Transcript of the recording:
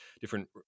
different